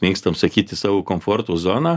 mėgstam sakyti savo komforto zoną